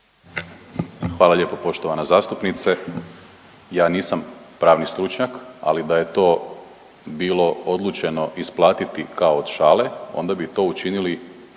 Hvala lijepo poštovana zastupnice. Ja nisam pravni stručnjak, ali da je to bilo odlučeno isplatiti kao od šale onda bi to učinili